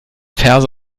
verse